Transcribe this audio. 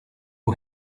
who